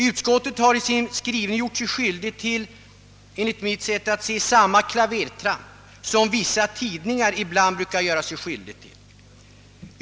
Utskottet har enligt min mening gjort sig skyldigt till samma klavertramp som vissa tidningar ibland gör.